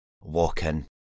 walk-in